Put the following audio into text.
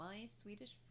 myswedishfriend